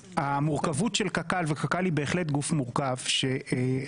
המורכבות של קק"ל וקק"ל היא בהחלט גוף מורכב שהמטרות